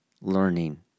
learning